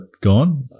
gone